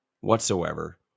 whatsoever